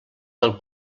del